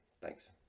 Thanks